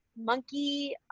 monkey